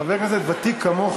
חבר הכנסת פולקמן.